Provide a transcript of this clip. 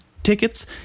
tickets